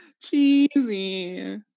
cheesy